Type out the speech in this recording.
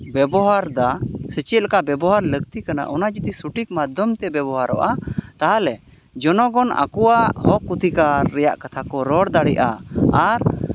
ᱵᱮᱵᱚᱦᱟᱨᱫᱟ ᱥᱮ ᱪᱮᱫ ᱞᱮᱠᱟ ᱵᱮᱵᱚᱦᱟᱨ ᱞᱟᱹᱠᱛᱤ ᱚᱱᱟ ᱡᱩᱫᱤ ᱥᱚᱴᱷᱤᱠ ᱢᱟᱫᱽᱫᱷᱚᱢ ᱛᱮ ᱵᱮᱵᱚᱦᱟᱨᱚᱜᱼᱟ ᱛᱟᱦᱚᱞᱮ ᱡᱚᱱᱚᱜᱚᱱ ᱟᱠᱚᱣᱟᱜ ᱦᱚᱸᱠ ᱚᱫᱷᱤᱠᱟᱨ ᱨᱮᱭᱟᱜ ᱠᱟᱛᱷᱟ ᱠᱚ ᱨᱚᱲ ᱫᱟᱲᱮᱭᱟᱜᱼᱟ ᱟᱨ